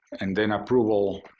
and then approval,